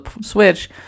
Switch